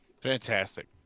Fantastic